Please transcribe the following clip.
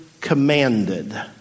commanded